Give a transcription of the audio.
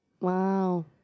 Wow